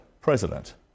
president